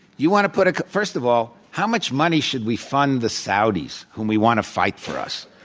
you want to put ah first of all, how much money should we fund the saudis whom we want to fight for us?